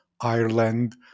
Ireland